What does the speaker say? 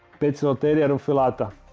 pizza, terry enough alotta